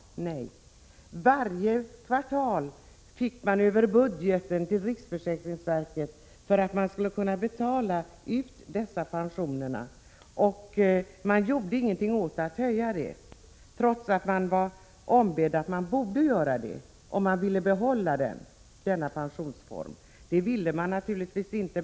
Nej, varje kvartal fick riksförsäkringsverket över budgeten pengar för att kunna betala ut dessa pensioner. Man gjorde inget för att höja avgiften trots att man var ombedd att göra det om man ville behålla den pensionsformen. Det ville man naturligtvis inte.